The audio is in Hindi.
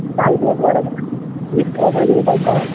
साल में एक बार गिफ्ट ऑफर भी निकलता है